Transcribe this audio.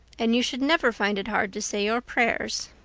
and you should never find it hard to say your prayers.